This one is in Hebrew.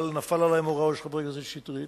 אבל נפל עלי מוראו של חבר הכנסת שטרית,